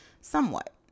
somewhat